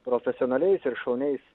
profesionaliais ir šauniais